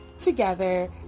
together